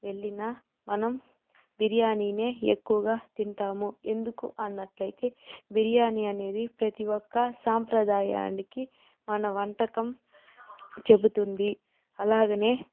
వెళ్ళినా మనం బిర్యానీనే ఎక్కువగా తింటాము ఎందుకు అన్నట్లయితే బిర్యానీ అనేది ప్రతి ఒక్క సాంప్రదాయానికి మన వంటకం చెపుతుంది అలాగే